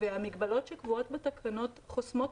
אבל המגבלות שקבועות בתקנות חוסמות